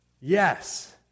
Yes